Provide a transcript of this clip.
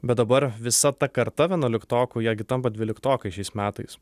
bet dabar visa ta karta vienuoliktokų jie gi tampa dvyliktokai šiais metais